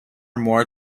more